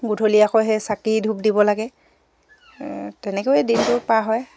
গধূলি আকৌ সেই চাকি ধূপ দিব লাগে তেনেকৈ দিনটো পাৰ হয়